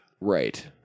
Right